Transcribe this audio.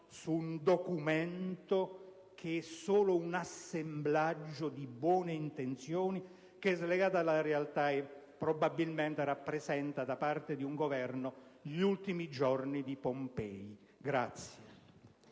su un documento che è solo un assemblaggio di buone intenzioni, che è slegato dalla realtà e che probabilmente rappresenta da parte del Governo gli ultimi giorni di Pompei.